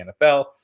NFL